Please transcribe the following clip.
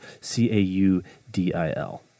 C-A-U-D-I-L